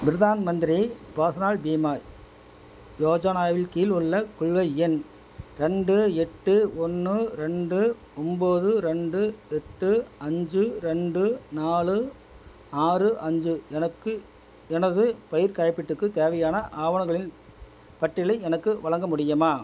பிரதான் மந்திரி பாசனால் பீமா யோஜனாவில் கீழ் உள்ள கொள்கை எண் ரெண்டு எட்டு ஒன்று ரெண்டு ஒம்பது ரெண்டு எட்டு அஞ்சு ரெண்டு நாலு ஆறு அஞ்சு எனக்கு எனது பயிர்க் காப்பீட்டுக்குத் தேவையான ஆவணங்களின் பட்டியலை எனக்கு வழங்க முடியுமா